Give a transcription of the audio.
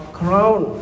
crown